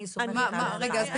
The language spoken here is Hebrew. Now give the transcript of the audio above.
אני סומכת עליהם בעיניים עצומות.